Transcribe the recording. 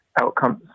outcomes